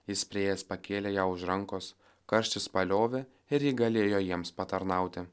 jis priėjęs pakėlė ją už rankos karštis paliovė ir ji galėjo jiems patarnauti